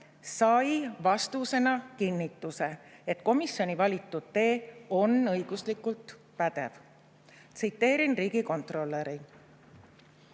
sai vastusena kinnituse, et komisjoni valitud tee on õiguslikult pädev. Tsiteerin riigikontrolöri: